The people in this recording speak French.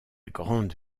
grande